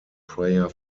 prayer